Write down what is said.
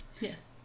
yes